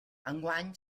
enguany